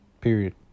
period